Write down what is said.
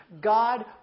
God